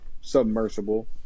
submersible